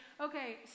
Okay